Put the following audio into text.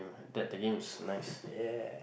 that that game is nice